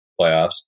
playoffs